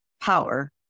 power